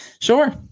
Sure